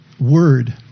word